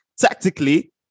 tactically